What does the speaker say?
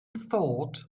thought